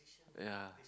ya